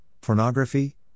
pornography